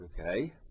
okay